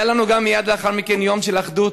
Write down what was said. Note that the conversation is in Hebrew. היה לנו מייד לאחר מכן יום של אחדות.